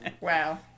Wow